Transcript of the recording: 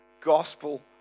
gospel